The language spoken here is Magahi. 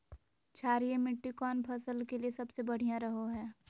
क्षारीय मिट्टी कौन फसल के लिए सबसे बढ़िया रहो हय?